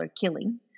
killing